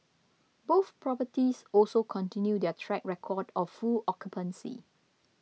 both properties also continued their track record of full occupancy